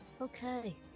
Okay